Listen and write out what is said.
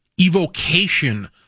evocation